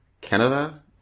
Canada